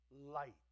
light